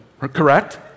correct